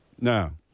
No